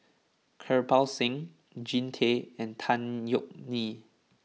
Kirpal Singh Jean Tay and Tan Yeok Nee